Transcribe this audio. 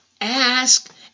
Ask